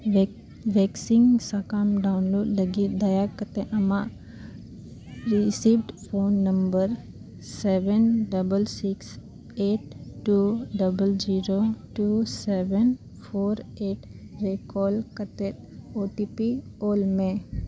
vaccine ᱥᱤᱫᱽ ᱥᱟᱠᱟᱢ download ᱞᱟᱹᱜᱤᱫ ᱫᱟᱭᱟ ᱠᱟᱛᱮᱫ ᱟᱢᱟᱜ received phone number seven double six eight two double zero two seven four eight ᱨᱮ ᱠᱚᱞ ᱠᱟᱛᱮᱫ ᱳ ᱴᱤ ᱯᱤ ᱠᱳᱞ ᱢᱮ